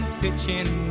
pitching